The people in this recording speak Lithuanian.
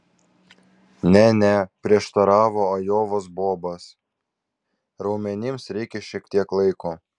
ne ne prieštaravo ajovos bobas raumenims reikia šiek tiek laiko